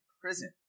prison